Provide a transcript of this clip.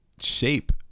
shape